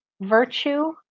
virtue